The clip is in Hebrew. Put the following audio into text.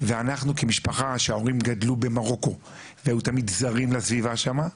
ואנחנו כמשפחה שההורים גדלו במרוקו והיו תמיד זרים לסביבה שמה,